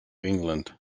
england